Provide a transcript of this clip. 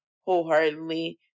wholeheartedly